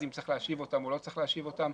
אם צריך להשיב אותם או לא להשיב אותם.